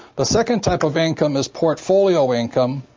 the second type of income is portfolio income,